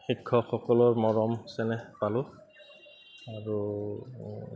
শিক্ষকসকলৰ মৰম চেনেহ পালোঁ আৰু